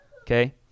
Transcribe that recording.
okay